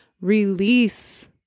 release